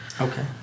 Okay